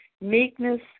meekness